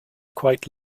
quite